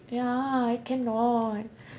ya I cannot